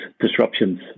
disruptions